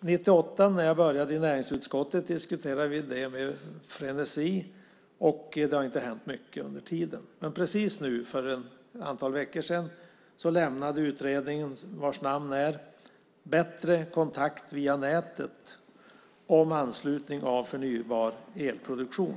När jag 1998 började i näringsutskottet diskuterade vi detta med frenesi. Det har inte hänt mycket sedan dess. Men för ett antal veckor kom utredningen Bättre kontakt via nätet - om anslutning av förnybar elproduktion